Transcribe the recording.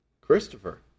Christopher